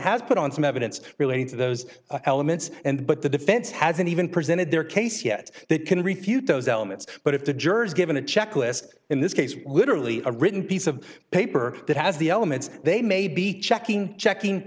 has put on some evidence relating to those elements and but the defense hasn't even presented their case yet that can refute those elements but if the jurors given a checklist in this case literally a written piece of paper that has the elements they may be checking checking